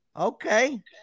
Okay